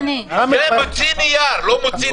מוציא נייר, לא מוציא